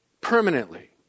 permanently